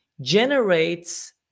generates